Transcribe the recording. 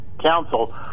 council